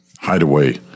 Hideaway